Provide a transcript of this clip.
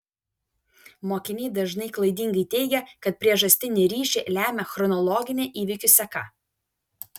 mokiniai dažnai klaidingai teigia kad priežastinį ryšį lemia chronologinė įvykių seka